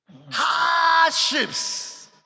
hardships